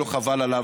לא חבל עליו?